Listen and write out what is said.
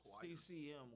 CCM